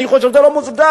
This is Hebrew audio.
אני חושב שזה לא מוצדק.